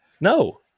no